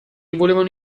volevano